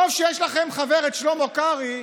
טוב שיש לכם חבר, את שלמה קרעי,